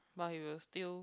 but he will still